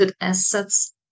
assets